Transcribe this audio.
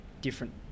different